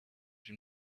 been